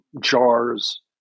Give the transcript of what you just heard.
jars